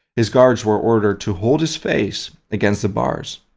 his guards were ordered to hold his face against the bars.